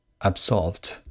absolved